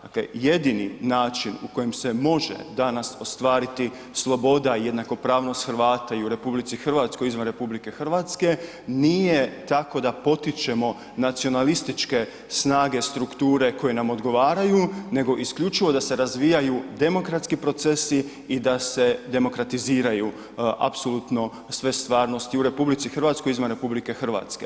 Dakle, jedini način u kojem se može danas ostvariti sloboda i jednakopravnost Hrvata i u RH izvan RH nije tako da potičemo nacionalističke snage strukture koje nam odgovaraju nego isključivo da se razvijaju demokratski procesi i da se demokratiziraju apsolutno sve stvarnosti u RH i izvan RH.